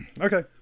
Okay